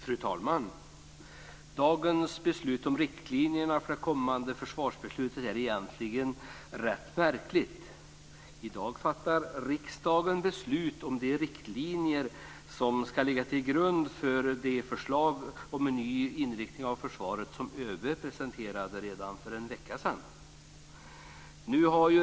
Fru talman! Dagens beslut om riktlinjerna för det kommande försvarsbeslutet är egentligen rätt märkligt. I dag fattar riksdagen beslut om de riktlinjer som skall ligga till grund för det förslag om en ny inriktning av försvaret som ÖB presenterade redan för en vecka sedan.